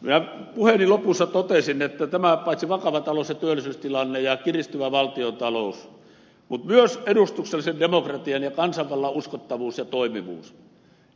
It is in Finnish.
minä puheeni lopussa totesin että paitsi vakava talous ja työllisyystilanne ja kiristyvä valtiontalous myös edustuksellisen demokratian ja kansanvallan uskottavuus ja toimivuus